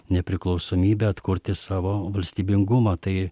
nepriklausomybę atkurti savo valstybingumą tai